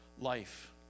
life